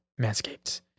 Manscaped